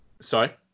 Sorry